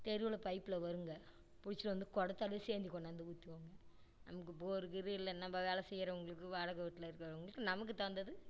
தெருவில் பைப்ல வருங்க பிடிச்சிட்டு வந்து குடத்தோடையே சேர்ந்து கொண்டாந்து ஊற்றுவோங்க நமக்கு போர் கீர் இல்லை நம்ம வேலை செய்கிறவங்களுக்கு வாடகை வீட்டில இருக்கிறவங்களுக்கு நமக்கு தகுந்தது